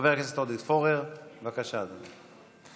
חבר הכנסת עודד פורר, בבקשה, אדוני.